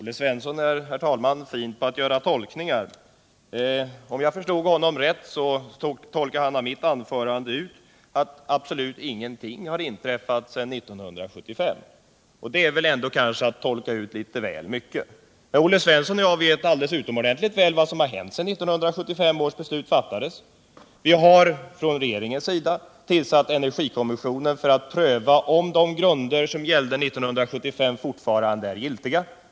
Herr talman! Olle Svensson är fin på att göra tolkningar. Om jag förstod honom rätt, så tolkar han av mitt anförande ut att absolut ingenting har inträffat sedan 1975. Det är att tolka ut litet väl mycket. Olle Svensson och jag vet alldeles utomordentligt väl vad som har hänt sedan 1975 års beslut fattades. För det första har regeringen tillsatt energikommissionen för att pröva om de grunder som gällde 1975 fortfarande är giltiga.